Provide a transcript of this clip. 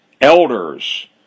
elders